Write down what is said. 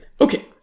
Okay